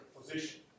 position